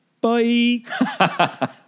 bye